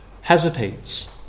hesitates